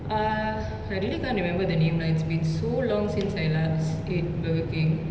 uh I really can't remember the name lah it's been so long since I last ate burger king